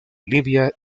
libia